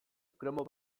kromo